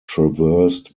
traversed